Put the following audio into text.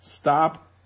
Stop